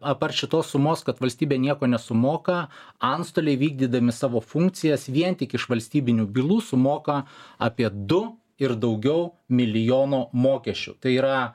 apart šitos sumos kad valstybė nieko nesumoka antstoliai vykdydami savo funkcijas vien tik iš valstybinių bylų sumoka apie du ir daugiau milijonų mokesčių tai yra